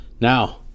now